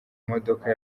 modoka